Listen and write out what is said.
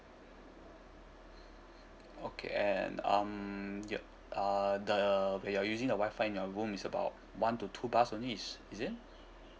okay and um yup uh the you're using the Wi-Fi in your room is about one to two bars only is it